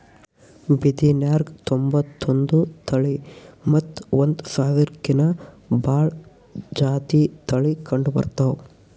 ಬಿದಿರ್ನ್ಯಾಗ್ ತೊಂಬತ್ತೊಂದು ತಳಿ ಮತ್ತ್ ಒಂದ್ ಸಾವಿರ್ಕಿನ್ನಾ ಭಾಳ್ ಜಾತಿ ತಳಿ ಕಂಡಬರ್ತವ್